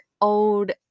old